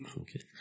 Okay